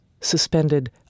suspended